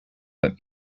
let